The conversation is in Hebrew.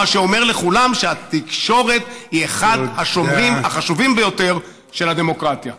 מה שאומר לכולם שהתקשורת היא אחד השומרים החשובים ביותר של הדמוקרטיה.